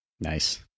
Nice